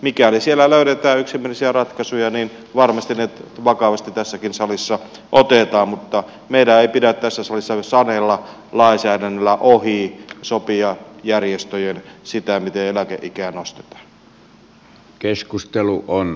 mikäli siellä löydetään yksimielisiä ratkaisuja niin varmasti ne vakavasti tässäkin salissa otetaan mutta meidän ei pidä tässä salissa sanella lainsäädännöllä ohi järjestöjen sopia siitä miten eläkeikää nostetaan